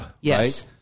Yes